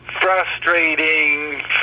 frustrating